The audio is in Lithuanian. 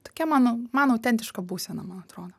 tokia mano mano autentiška būsena man atrodo